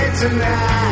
tonight